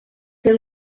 him